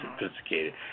sophisticated